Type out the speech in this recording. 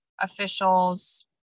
officials